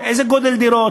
מה גודל הדירות,